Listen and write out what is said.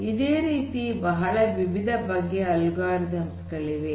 ಇದೆ ರೀತಿ ಬಹಳ ವಿವಿಧ ಬಗೆಯ ಅಲ್ಗೊರಿದಮ್ಸ್ ಗಳಿವೆ